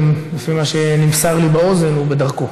ולפי מה שנמסר לי באוזן הוא בדרכו.